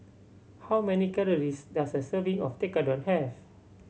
how many calories does a serving of Tekkadon have